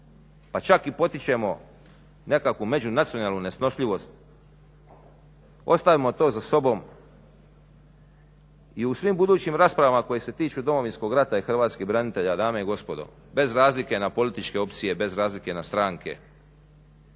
pa čak i potičemo nekakvu međunacionalnu nesnošljivost ostavimo to za sobom i u svim budućim raspravama koje se tiču Domovinskog rata i hrvatskih branitelja, dame i gospodo bez razlike na političke opcije, bez razlike na stranke